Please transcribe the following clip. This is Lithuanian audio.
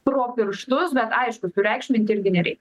pro pirštus bet aišku sureikšminti irgi nereikia